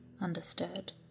understood